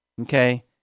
okay